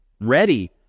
ready